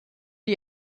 die